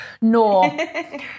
No